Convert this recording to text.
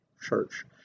Church